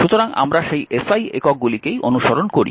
সুতরাং আমরা সেই SI একক গুলিকেই অনুসরণ করি